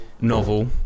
Novel